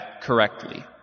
correctly